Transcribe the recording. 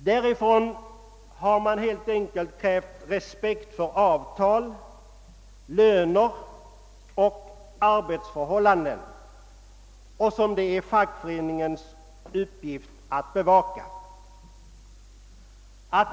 Därifrån har man helt enkelt krävt respekt för avtal, löner och arbetsförhållanden som det är fackföreningens uppgift att bevaka.